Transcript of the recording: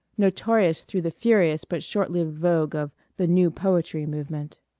notorious through the furious but short-lived vogue of the new poetry movement.